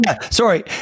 Sorry